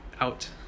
out